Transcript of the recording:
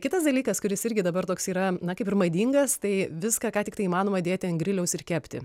kitas dalykas kuris irgi dabar toks yra na kaip ir madingas tai viską ką tiktai įmanoma dėti ant griliaus ir kepti